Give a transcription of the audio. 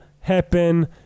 happen